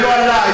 ולא עלי,